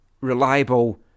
reliable